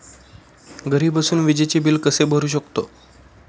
घरी बसून विजेचे बिल कसे भरू शकतो?